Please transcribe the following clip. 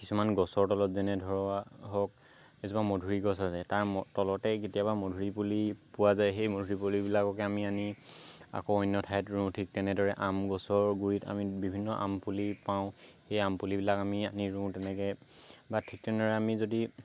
কিছুমান গছৰ তলত যেনে ধৰা হওক এজোপা মধুৰী গছ আছে তাৰ তলতে কেতিয়াবা মধুৰী পুলি পোৱা যায় সেই মধুৰী পুলিবিলাককে আমি আনি আকৌ অন্য় ঠাইত ৰুওঁ ঠিক তেনেদৰে আম গছৰ গুৰিত আমি বিভিন্ন আম পুলি পাওঁ সেই আম পুলিবিলাক আমি আনি ৰুওঁ তেনেকৈ বা ঠিক তেনেদৰে আমি যদি